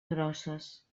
grosses